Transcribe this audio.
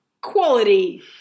quality